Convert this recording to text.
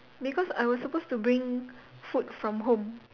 because I was supposed to bring food from home